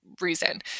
reason